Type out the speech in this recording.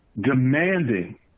demanding